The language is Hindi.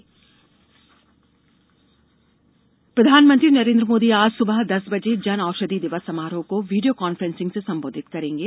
पीएम जनौषधि दिवस प्रधानमंत्री नरेन्द्र मोदी आज सुबह दस बजे जन औषधि दिवस समारोहों को वीडियो कॉन्फ्रेंस से संबोधित करेंगे